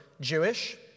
Jewish